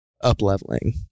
up-leveling